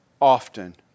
often